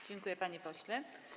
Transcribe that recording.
Dziękuję, panie pośle.